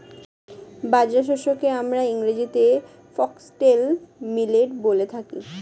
বাজরা শস্যকে আমরা ইংরেজিতে ফক্সটেল মিলেট বলে থাকি